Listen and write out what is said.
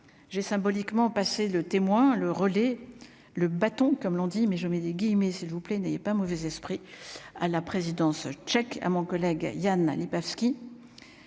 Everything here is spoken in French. j'ai symboliquement passer le témoin, le relais le bâton comme l'on dit, mais je mets des guillemets, s'il vous plaît, n'ayez pas mauvais esprit à la présidence tchèque à mon collègue Jan Lipavsky.